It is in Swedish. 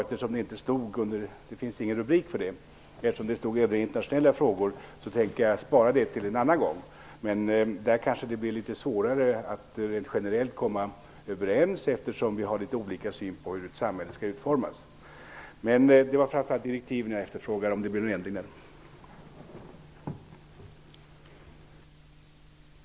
Eftersom det inte finns någon rubrik för det - rubriken nu är Övriga internationella frågor - tänker jag spara dem till en annan gång. Där kanske det blir litet svårare att rent generellt komma överens, eftersom vi har litet olika syn på hur ett samhälle skall utformas. Det jag framför allt efterfrågar är om det blir någon ändring av utredningsdirektiven.